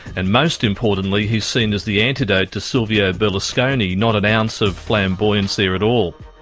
and most importantly he's seen as the antidote to silvio berlusconi. not an ounce of flamboyance there at all.